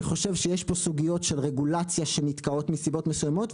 אני חושב שיש פה סוגיות של רגולציה שנתקעות מסיבות מסוימות,